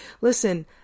Listen